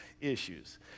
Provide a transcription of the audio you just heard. issues